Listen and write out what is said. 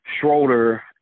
Schroeder